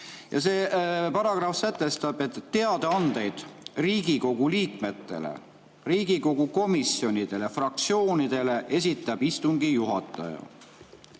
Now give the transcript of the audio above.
See paragrahv sätestab, et teadaandeid Riigikogu liikmetele, Riigikogu komisjonidele, fraktsioonidele esitab istungi juhataja,